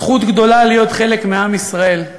זכות גדולה, להיות חלק מעם ישראל,